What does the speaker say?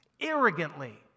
arrogantly